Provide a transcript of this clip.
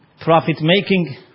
profit-making